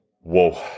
whoa